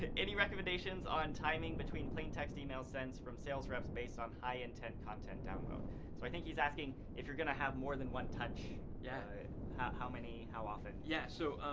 any recommendations on timing between plain text emails sends from sales reps space on high intent content download? so i think he's asking if you're gonna have more than one touch, yeah how how many, how often? yes so